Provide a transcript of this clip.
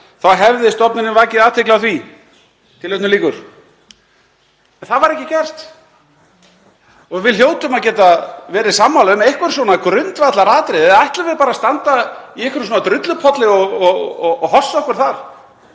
þá hefði stofnunin vakið athygli á því …“ En það var ekki gert. Við hljótum að geta verið sammála um einhver svona grundvallaratriði, eða ætlum við bara að standa í einhverjum drullupolli og hossa okkur þar?